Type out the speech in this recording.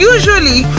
Usually